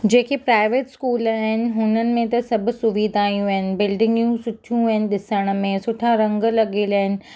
जेके private school आहिनि हुननि में त सभु सुविधाऊं आहिनि बिल्डिंगूं सुठियूं आहिनि ॾिसणु में सुठा रंग लॻियलु आहिनि